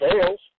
sales